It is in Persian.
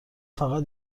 فقط